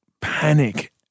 panic